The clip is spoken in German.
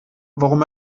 warum